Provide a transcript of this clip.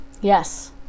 yes